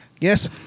Yes